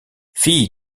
fille